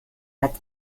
hat